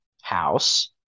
house